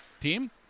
team